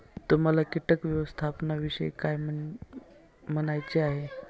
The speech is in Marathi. तुम्हाला किटक व्यवस्थापनाविषयी काय म्हणायचे आहे?